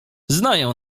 znają